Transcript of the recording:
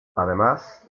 además